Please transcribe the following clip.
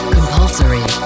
Compulsory